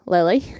Lily